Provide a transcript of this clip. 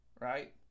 right